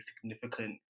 significant